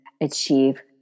achieve